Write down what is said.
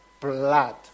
Blood